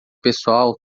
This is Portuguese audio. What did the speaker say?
pessoal